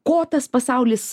ko tas pasaulis